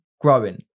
growing